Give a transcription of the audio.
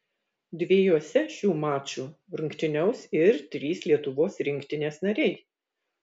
dviejuose šių mačų rungtyniaus ir trys lietuvos rinktinės nariai